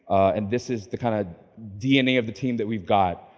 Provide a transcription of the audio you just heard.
and this is the kind of dna of the team that we've got,